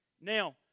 Now